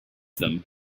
them